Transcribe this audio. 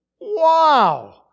wow